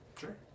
Sure